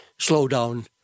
slowdown